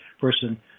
person